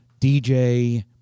DJ